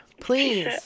please